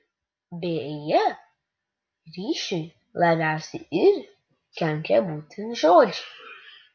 beje ryšiui labiausiai ir kenkia būtent žodžiai